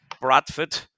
Bradford